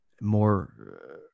more